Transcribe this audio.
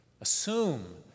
Assume